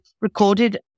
recorded